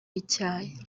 icyayi